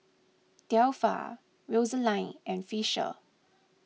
Delpha Rosaline and Fisher